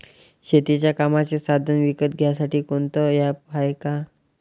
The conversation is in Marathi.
शेतीच्या कामाचे साधनं विकत घ्यासाठी कोनतं ॲप हाये का?